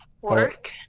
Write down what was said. work